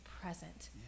present